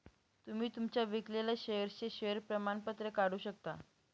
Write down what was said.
तुम्ही तुमच्या विकलेल्या शेअर्सचे शेअर प्रमाणपत्र काढू शकता